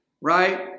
right